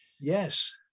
Yes